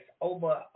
Over